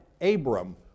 Abram